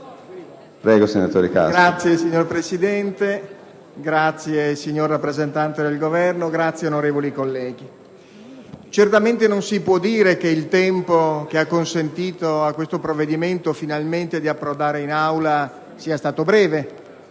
*relatore*. Signor Presidente, signor rappresentante del Governo, onorevoli colleghi, certamente non si può dire che il tempo che ha consentito a questo provvedimento, finalmente, di approdare in Aula sia stato breve,